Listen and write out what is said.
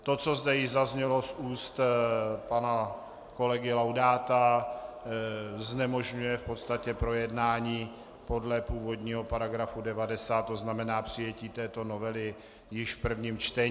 To, co zde již zaznělo z úst pana kolegy Laudáta, znemožňuje v podstatě projednání podle původního § 90, to znamená přijetí této novely již v prvním čtení.